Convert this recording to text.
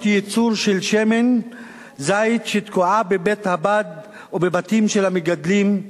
של שמן זית תקועה בבתי-הבד ובבתים של המגדלים,